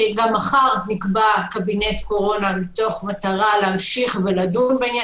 שגם מחר נקבע קבינט קורונה מתוך מטרה להמשיך לדון בעניין.